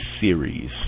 series